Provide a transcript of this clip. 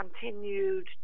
continued